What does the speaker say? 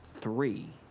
three